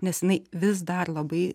nes jinai vis dar labai